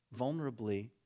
vulnerably